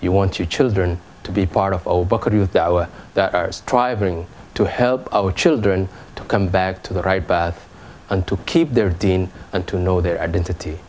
you want your children to be part of our striving to help our children to come back to the right and to keep their deen and to know their identity